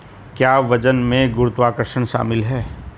क्या वजन में गुरुत्वाकर्षण शामिल है?